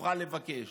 נוכל לבקש